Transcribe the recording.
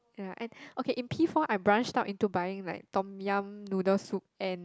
ya and okay in P four I branched out into buying Tom-Yum noodle soup and